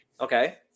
Okay